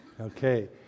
Okay